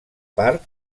part